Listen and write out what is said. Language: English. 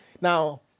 Now